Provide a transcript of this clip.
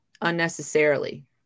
Unnecessarily